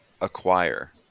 Acquire